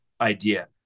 idea